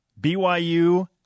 BYU